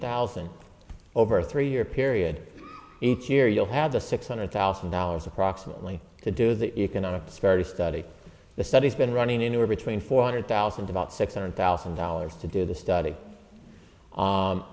thousand over a three year period each year you'll have the six hundred thousand dollars approximately to do that you're going to start to study the studies been running anywhere between four hundred thousand about six hundred thousand dollars to do the study